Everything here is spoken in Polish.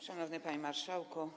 Szanowny Panie Marszałku!